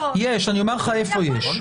אני אומר לך היכן יש.